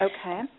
Okay